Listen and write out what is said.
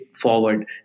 forward